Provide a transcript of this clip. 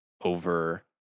over